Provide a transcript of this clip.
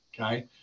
okay